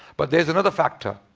but there's another factor.